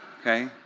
okay